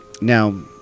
now